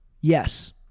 Yes